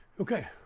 Okay